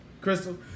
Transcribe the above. Crystal